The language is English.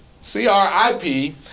C-R-I-P